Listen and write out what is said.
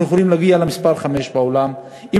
אנחנו יכולים להגיע למספר חמש בעולם אם